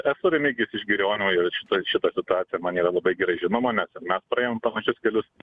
esu remigijus iš girionių ir šita šita situacija man yra labai gerai žinoma nes ir mes praėjom panašius kelius